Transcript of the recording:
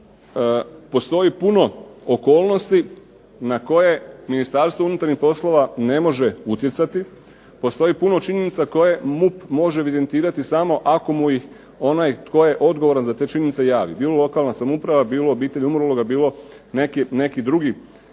postoji puno okolnosti na koje Ministarstvo unutarnjih poslova ne može utjecati. Postoji puno činjenica koje MUP može evidentirati samo ako mu ih onaj tko je odgovoran za te činjenice javi, bilo lokalna samouprava, bilo obitelj umrloga, bilo neki drugi